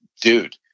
dude